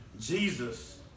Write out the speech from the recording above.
Jesus